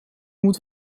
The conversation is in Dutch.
moet